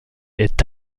est